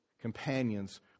companions